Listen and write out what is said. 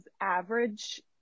average